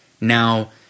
Now